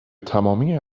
تمامی